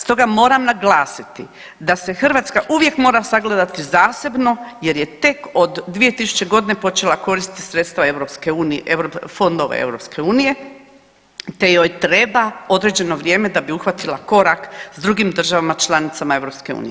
Stoga moram naglasiti da se Hrvatska uvijek mora sagledati zasebno jer je tek od 2000.g. počela koristiti sredstva EU, fondove EU te joj treba određeno vrijeme da bi uhvatila korak s drugim državama članicama EU.